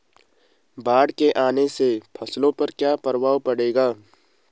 बाढ़ के आने से फसलों पर क्या प्रभाव पड़ेगा?